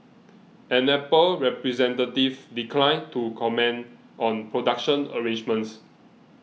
an Apple representative declined to comment on production arrangements